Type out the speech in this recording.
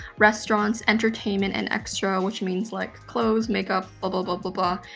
restaurants, entertainment and extra, which means like clothes, make up, ah blah but blah blah.